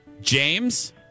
James